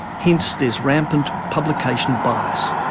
hence there is rampant publication bias,